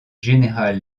général